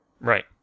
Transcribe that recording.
Right